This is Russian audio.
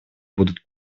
будут